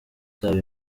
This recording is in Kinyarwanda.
zabo